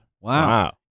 Wow